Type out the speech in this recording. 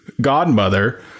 godmother